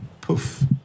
poof